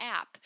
app